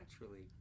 naturally